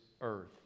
earth